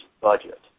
budget